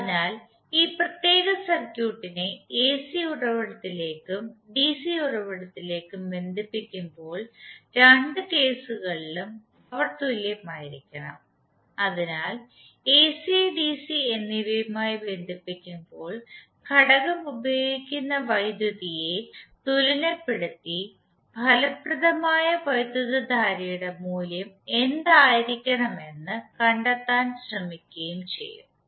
അതിനാൽ ഈ പ്രത്യേക സർക്യൂട്ടിനെ എസി ഉറവിടത്തിലേക്കും ഡിസി ഉറവിടത്തിലേക്കും ബന്ധിപ്പിക്കുമ്പോൾ രണ്ട് കേസുകളിലും പവർ തുല്യമായിരിക്കണം അതിനാൽ എസി ഡിസി എന്നിവയുമായി ബന്ധിപ്പിക്കുമ്പോൾ ഘടകം ഉപയോഗിക്കുന്ന വൈദ്യുതിയെ തുലനപ്പെടുത്തി ഫലപ്രദമായ വൈദ്യുതധാരയുടെ മൂല്യം എന്തായിരിക്കണമെന്ന് കണ്ടെത്താൻ ശ്രമിക്കുകയും ചെയ്യും